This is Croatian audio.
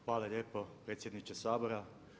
Hvala lijepo predsjedniče Sabora.